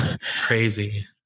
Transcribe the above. Crazy